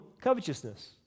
covetousness